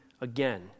again